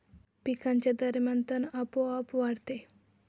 पिकांच्या दरम्यान तण आपोआप वाढते